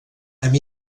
amb